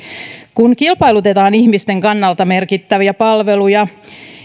kun kilpailutetaan ihmisten kannalta merkittäviä palveluja